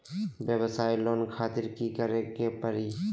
वयवसाय लोन खातिर की करे परी?